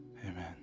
Amen